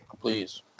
please